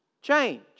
change